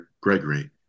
Gregory